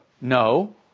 no